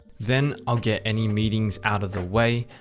then i'll get any meetings out of the way.